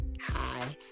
Hi